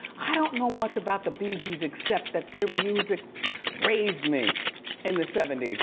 i don't know much about the bee gees except that their music raised me in the seventy s,